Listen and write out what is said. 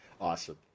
Awesome